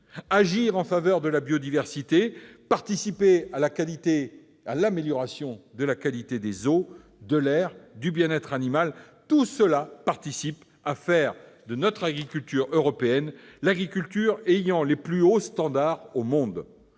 Agir en faveur de la biodiversité et participer à l'amélioration de la qualité des eaux, de l'air ou du bien-être animal concourent à faire de l'agriculture européenne celle ayant les plus hauts standards au monde.